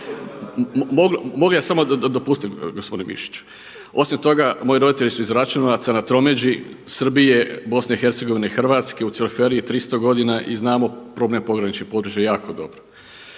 Mogu li ja samo, dopustite gospodine Mišiću. Osim toga, moji roditelji su iz Račanovaca na tromeđi Srbije, Bosne i Hercegovine i Hrvatske u cveliferiji 300 godina i znamo problem pograničnih područja jako dobro.